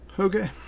okay